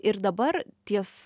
ir dabar ties